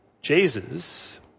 Jesus